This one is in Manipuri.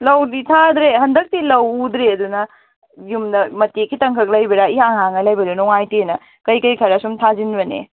ꯂꯧꯗꯤ ꯊꯥꯗ꯭ꯔꯦ ꯍꯟꯗꯛꯇꯤ ꯂꯧ ꯎꯗ꯭ꯔꯦ ꯑꯗꯨꯅ ꯌꯨꯝꯗ ꯃꯇꯦꯛ ꯈꯤꯇꯪꯈꯛ ꯂꯩꯕꯗ ꯏꯍꯥꯡ ꯍꯥꯡꯉꯒ ꯂꯩꯕꯗꯣ ꯅꯨꯡꯉꯥꯏꯇꯦꯅ ꯀꯩꯀꯩ ꯈꯔ ꯁꯨꯝ ꯊꯥꯖꯤꯟꯕꯅꯦ